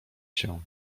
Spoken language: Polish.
się